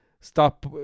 stop